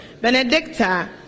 Benedicta